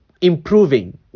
improving